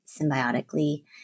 symbiotically